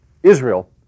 Israel